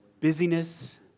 busyness